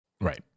Right